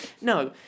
No